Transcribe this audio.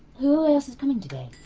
who else is coming today?